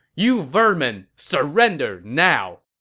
you vermin! surrender now!